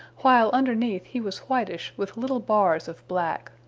while underneath he was whitish with little bars of black.